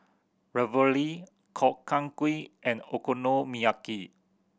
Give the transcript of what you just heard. Ravioli Gobchang Gui and Okonomiyaki